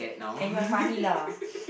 and you're funny lah